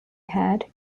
had